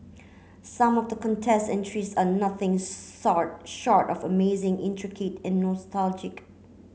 some of the contest entries are nothing short of amazing intricate and nostalgic